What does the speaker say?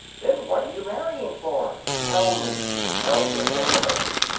then what are you marrying for? tell me! tell your aunt sophy.